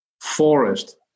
forest